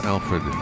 Alfred